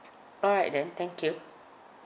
alright then thank you